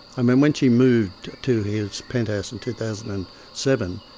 um um when she moved to his penthouse in two thousand and seven,